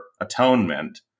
atonement